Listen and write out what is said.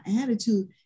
attitude